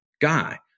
guy